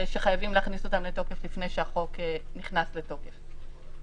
ושחייבים להכניס אותן לתוקף לפני שהחוק נכנס לתוקף.